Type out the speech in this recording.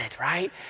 right